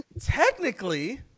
technically